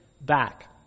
back